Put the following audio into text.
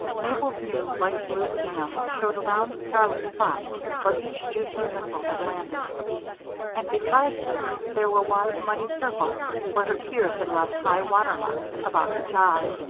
mabel's new light-blue gingham showed a round scarlet spot where each juicy missile had landed and besides this, there were wide muddy circles where her tears had left highwater marks about each eye.